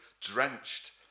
drenched